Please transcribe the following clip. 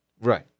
right